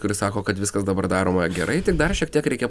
kuris sako kad viskas dabar daroma gerai tik dar šiek tiek reikia